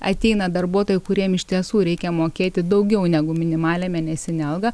ateina darbuotojų kuriem iš tiesų reikia mokėti daugiau negu minimalią mėnesinę algą